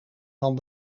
van